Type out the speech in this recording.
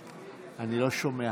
ז'